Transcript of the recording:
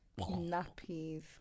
Nappies